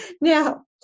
Now